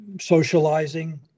socializing